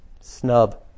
snub